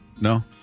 no